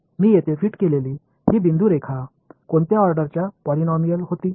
मी येथे फिट केलेली ही बिंदू रेखा कोणत्या ऑर्डरचा पॉलिनोमिल होती